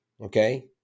Okay